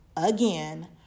again